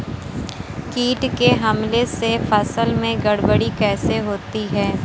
कीट के हमले से फसल में गड़बड़ी कैसे होती है?